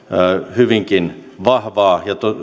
hyvinkin vahvaa ja